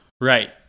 Right